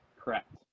Correct